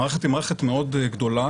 המערכת היא מערכת מאוד גדולה,